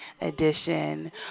edition